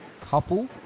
couple